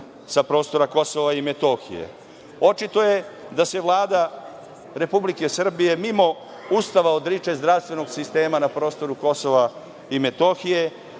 sa prostora Kosova i Metohije. Očito je da Vlada Republike Srbije, mimo Ustava, odriče zdravstvenog sistema na prostoru Kosova i Metohije,